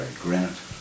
granite